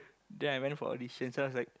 then I went for audition so I was like